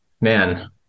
man